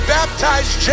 baptized